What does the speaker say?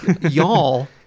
Y'all